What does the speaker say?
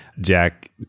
jack